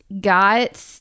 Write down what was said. got